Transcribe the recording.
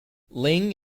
ling